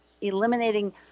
eliminating